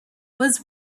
was